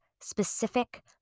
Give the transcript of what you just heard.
specific